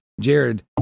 Jared